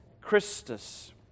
Christus